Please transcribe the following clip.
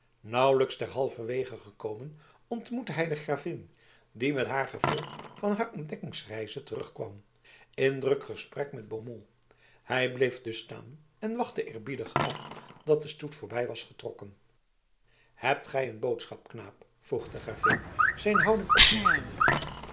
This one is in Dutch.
nauwelijks ter halverwege gekomen ontmoette hij de gravin die met haar gevolg van haar ontdekkingsreize terugkwam in druk gesprek met beaumont hij bleef dus staan en wachtte eerbiedig af dat de stoet voorbij was getrokken hebt gij een boodschap knaap vroeg de gravin zijn houding opmerkende